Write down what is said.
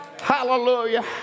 Hallelujah